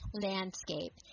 landscape